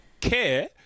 care